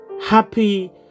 Happy